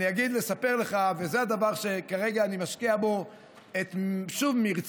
אספר לך שזה הדבר שכרגע אני משקיע בו את מרצי.